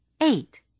eight